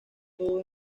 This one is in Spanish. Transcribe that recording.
todo